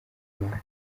imana